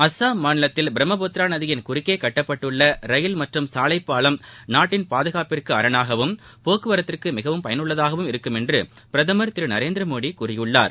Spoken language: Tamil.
அஸ்ஸாம் மாநிலத்தில் பிரம்மபுத்திரா நதியின் குறுக்கே கட்டப்பட்டுள்ள ரயில் மற்றும் சாலை பாலம் நாட்டின் பாதுகாப்பிற்கு அரணாகவும் போக்குவரத்துக்கு மிகவும் பயனுள்ளதாகவும் இருக்குமென்று பிரதமர் திரு நரேந்திரமோடி கூறியிருக்கிறார்